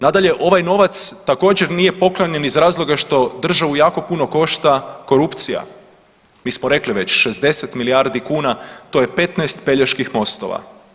Nadalje, ovaj novac također nije poklanjan iz razloga što državu jako puno košta korupcija, mi smo rekli već, 60 milijardi kuna, to je 15 Peljeških mostova.